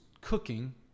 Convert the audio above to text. cooking